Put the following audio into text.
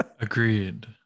agreed